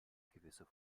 gewisse